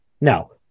No